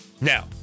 Now